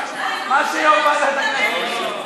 מה שיו"ר ועדת הכנסת יגיד.